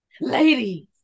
ladies